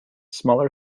smaller